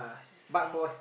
I see